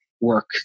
work